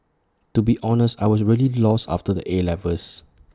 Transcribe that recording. to be honest I was really lost after the 'A' levels